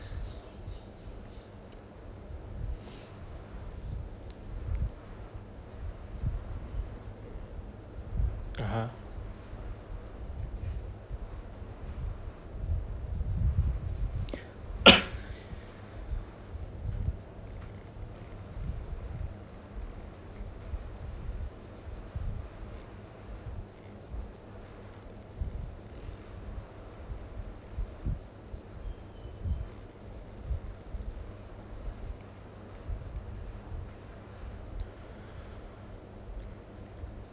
(uh huh)